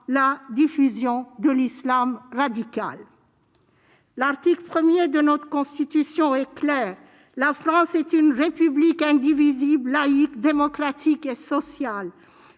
la diffusion de l'islam radical. L'article 1 de notre Constitution est clair :« La France est une République indivisible, laïque, démocratique et sociale.